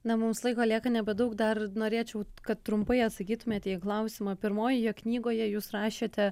na mums laiko lieka nebedaug dar norėčiau kad trumpai atsakytumėte į klausimą pirmojoje knygoje jūs rašėte